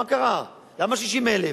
מה קרה, למה 60,000?